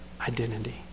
identity